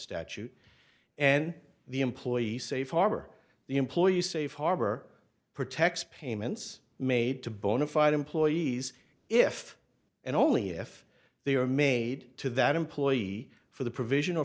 statute and the employee safe harbor the employee safe harbor protects payments made to bona fide employees if and only if they are made to that employee for the provision